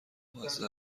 مزه